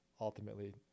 ultimately –